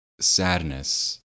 sadness